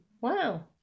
Wow